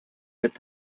with